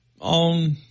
On